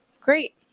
Great